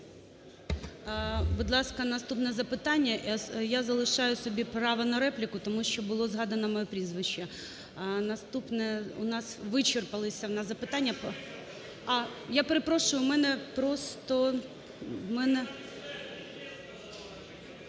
Будь ласка, наступне запитання. Я залишаю собі право на репліку, тому що було згадано моє прізвище. Наступне, у нас вичерпались запитання… (Шум у залі) А, я перепрошую, у мене просто…